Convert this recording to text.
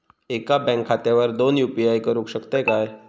एका बँक खात्यावर दोन यू.पी.आय करुक शकतय काय?